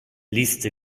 listy